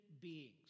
beings